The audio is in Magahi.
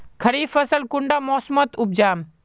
खरीफ फसल कुंडा मोसमोत उपजाम?